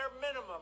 minimum